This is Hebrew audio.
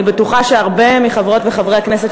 אני בטוחה שהרבה מחברות וחברי הכנסת